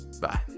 Bye